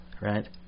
right